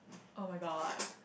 [oh]-my-god